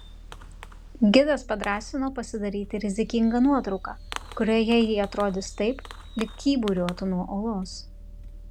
gidas padrąsino pasidaryti rizikingą nuotrauką kurioje ji atrodys taip lyg kyburiuotų nuo uolos